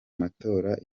matora